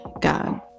god